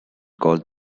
called